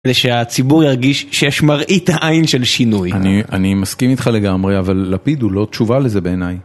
כדי שהציבור ירגיש שיש מראית עין של שינוי. אני אני מסכים איתך לגמרי, אבל לפיד הוא לא תשובה לזה בעיניי.